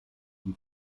die